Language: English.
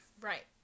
Right